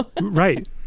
Right